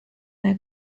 their